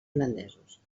holandesos